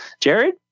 Jared